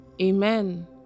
Amen